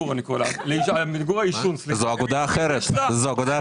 יש לה כוונה טובה,